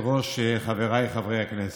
גברתי היושבת-ראש, חבריי חברי הכנסת,